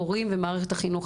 הורים ומערכת החינוך,